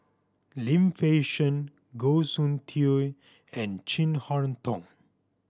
Lim Fei Shen Goh Soon Tioe and Chin Harn Tong